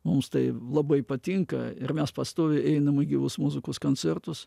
mums tai labai patinka ir mes pastoviai einam į gyvos muzikos koncertus